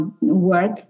work